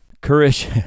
courage